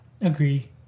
Agree